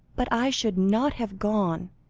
but i should not have gone,